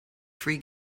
free